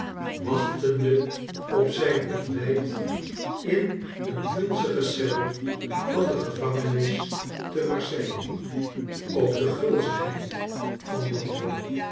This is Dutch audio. wachtende op zijn ontbijt in een vunzige eel van de gevangenis te marseille ook de gulzigheid van blandois